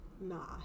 nah